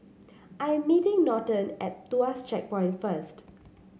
I am meeting Norton at Tuas Checkpoint first